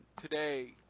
today